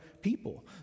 people